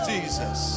Jesus